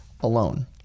alone